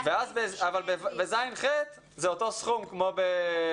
אבל ב-ז'-ח' זה אותו סכום כמו ב-ו'.